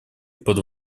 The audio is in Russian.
под